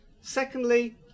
Secondly